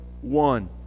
one